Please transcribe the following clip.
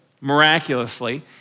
miraculously